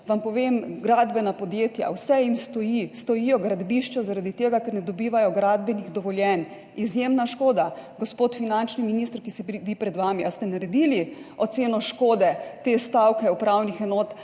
Vam povem, gradbenim podjetjem vse stoji, stojijo gradbišča zaradi tega, ker ne dobivajo gradbenih dovoljenj. Izjemna škoda. Gospod finančni minister, ki sedi pred vami, ali ste naredili oceno škode te stavke upravnih enot,